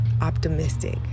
optimistic